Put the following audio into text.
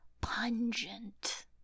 pungent